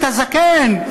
אתה זקן,